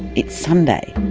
it's sunday,